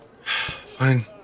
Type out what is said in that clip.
Fine